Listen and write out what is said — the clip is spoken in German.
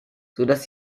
sodass